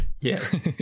yes